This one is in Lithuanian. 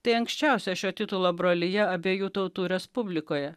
tai anksčiausia šio titulo brolija abiejų tautų respublikoje